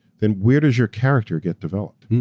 then where does your character get developed?